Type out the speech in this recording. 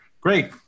great